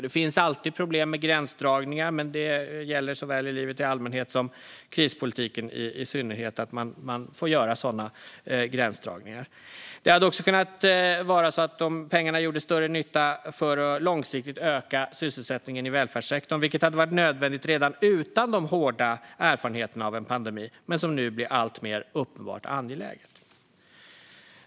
Det finns alltid problem med gränsdragningar, men sådana får man göra såväl i livet i allmänhet som i krispolitiken i synnerhet. De hade också gjort större nytta för att långsiktigt öka sysselsättningen i välfärdssektorn, vilket hade varit nödvändigt redan utan de hårda erfarenheterna av en pandemi men nu blir alltmer uppenbart angeläget.